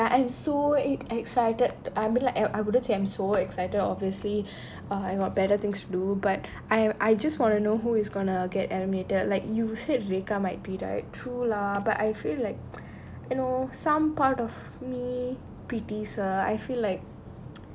so another thing lah I'm so excited I mean like I I wouldn't say I'm so excited obviously err I got better things to do but I am I just want to know who is gonna get animated like you said vacant might be direct through lah but I feel like you know some part of me pities ah I feel like